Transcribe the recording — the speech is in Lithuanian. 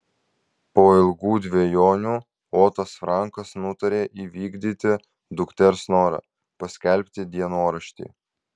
po ilgų dvejonių otas frankas nutarė įvykdyti dukters norą paskelbti dienoraštį